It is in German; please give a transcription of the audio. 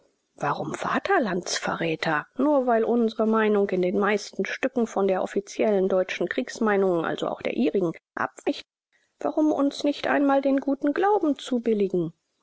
warum vaterlandsverräter nur weil unsere meinung in den meisten stücken von der offiziellen deutschen kriegsmeinung also auch der ihrigen abwich warum uns nicht einmal den guten glauben zubilligen